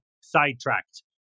sidetracked